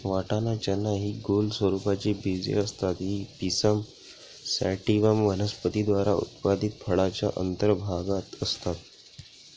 वाटाणा, चना हि गोल स्वरूपाची बीजे असतात ही पिसम सॅटिव्हम वनस्पती द्वारा उत्पादित फळाच्या अंतर्भागात असतात